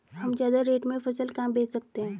हम ज्यादा रेट में फसल कहाँ बेच सकते हैं?